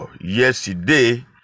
yesterday